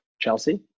Chelsea